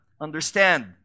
understand